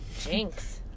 Jinx